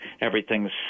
everything's